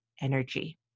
energy